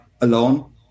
alone